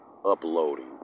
uploading